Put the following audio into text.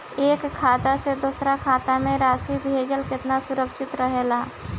एक खाता से दूसर खाता में राशि भेजल केतना सुरक्षित रहेला?